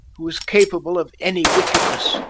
who is capable of any wickedness.